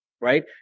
right